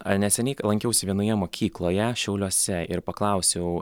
neseniai lankiausi vienoje mokykloje šiauliuose ir paklausiau